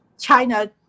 China